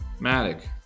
Matic